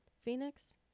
Phoenix